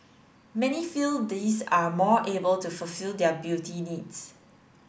many feel these are more able to fulfil their beauty needs